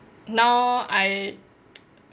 now I